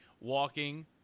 walking